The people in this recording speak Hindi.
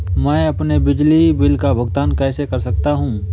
मैं अपने बिजली बिल का भुगतान कैसे कर सकता हूँ?